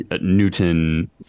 Newton